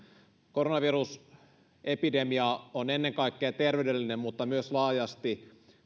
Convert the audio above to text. koronavirusepidemia on ennen kaikkea terveydellinen mutta myös laajasti